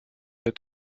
that